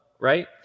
right